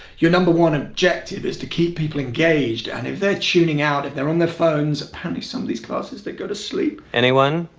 your number one objective is to keep people engaged. and if they're tuning out, if they're on their phones, apparently in some of these classes they go to sleep. anyone,